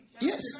Yes